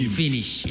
finish